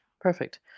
perfect